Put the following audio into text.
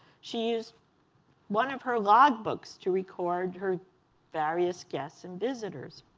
she used one of her logbooks to record her various guests and visitors.